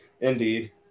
Indeed